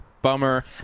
bummer